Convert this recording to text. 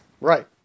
Right